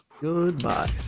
Goodbye